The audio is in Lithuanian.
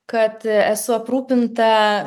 kad esu aprūpinta